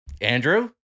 Andrew